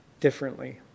differently